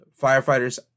firefighters